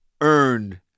earned